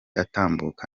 atambuka